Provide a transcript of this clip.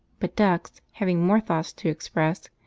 but ducks, having more thoughts to express,